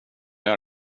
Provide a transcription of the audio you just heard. jag